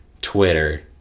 Twitter